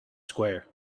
square